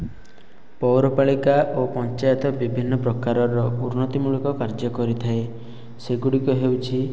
ପୌରପାଳିକା ଓ ପଞ୍ଚାୟତ ବିଭିନ୍ନ ପ୍ରକାରର ଉନ୍ନତିମୂଳକ କାର୍ଯ୍ୟ କରିଥାଏ ସେଗୁଡିକ ହେଉଛି